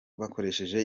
bakoresheje